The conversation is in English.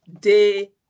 day